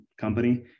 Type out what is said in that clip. company